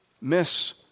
miss